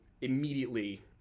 immediately